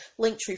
linktree